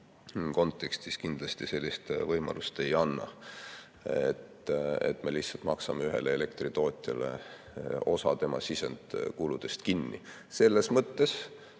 kontekstis kindlasti sellist võimalust ei anna, et me lihtsalt maksame ühele elektritootjale osa tema sisendkuludest kinni. Selles mõttes